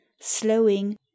slowing